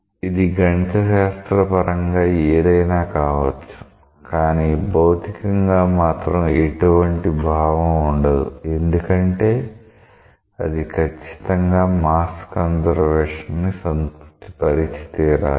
అది గణిత శాస్త్ర పరంగా ఏదైనా కావచ్చు కానీ భౌతికంగా మాత్రం ఎటువంటి భావం ఉండదు ఎందుకంటే అది ఖచ్చితంగా మాస్ కన్సర్వేషన్ ని సంతృప్తిపరచి తీరాలి